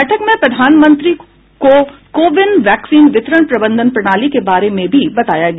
बैठक में प्रधानमंत्री को को विन वैक्सीन वितरण प्रबंधन प्रणाली के बारे में भी बताया गया